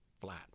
flat